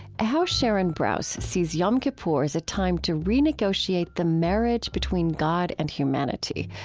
how sharon brous sees yom kippur as a time to renegotiate the marriage between god and humanity,